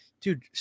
dude